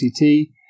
CCT